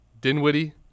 Dinwiddie